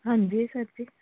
ਹਾਂਜੀ ਸਰ ਜੀ